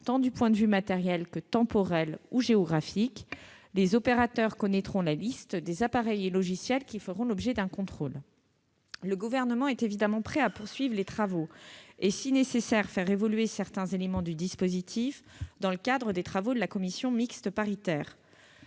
tant du point de vue matériel que temporel ou géographique ; les opérateurs connaîtront la liste des appareils et logiciels qui feront l'objet d'un contrôle. Le Gouvernement est évidemment prêt à poursuivre les travaux et, si nécessaire, à faire évoluer certains éléments du dispositif dans le cadre des travaux de la commission mixte paritaire.